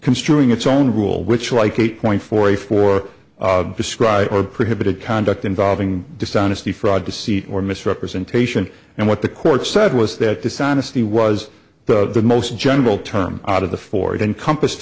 construing its own rule which like eight point four four described or prohibited conduct involving dishonesty fraud to seat or misrepresentation and what the court said was that dishonesty was the most general term out of the four it encompass